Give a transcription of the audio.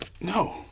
No